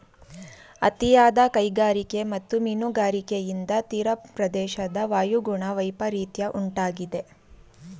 ಅತಿಯಾದ ಕೈಗಾರಿಕೆ ಮತ್ತು ಮೀನುಗಾರಿಕೆಯಿಂದ ತೀರಪ್ರದೇಶದ ವಾಯುಗುಣ ವೈಪರಿತ್ಯ ಉಂಟಾಗಿದೆ